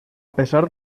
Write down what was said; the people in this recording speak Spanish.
pesar